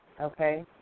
Okay